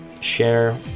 share